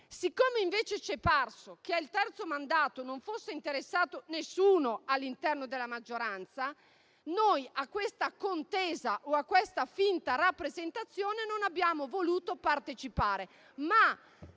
Siccome, invece, ci è parso che al terzo mandato non fosse interessato nessuno all'interno della maggioranza, noi a questa contesa o a questa finta rappresentazione non abbiamo voluto partecipare,